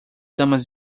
damas